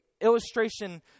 illustration